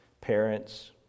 parents